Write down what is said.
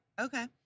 Okay